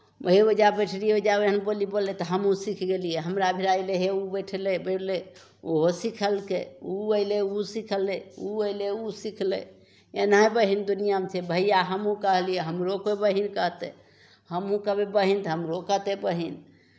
भइयो जाय बैठरिओ जाय एहन बोली बोललै तऽ हमहूँ सीख गेलियै हमरा भिरा अयलै हे ओ बैठले बैठले ओहो सिखलकै ओ अयलै ओ सिखलै ओ अयलै ओ सिखलै एनाहि बहीन दुनिआँमे छै भैया हमहूँ कहलियै हमरो कोइ बहीन कहतै हमहूँ कहबै बहीन तऽ हमरो कहतै बहीन